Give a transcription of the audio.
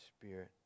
spirit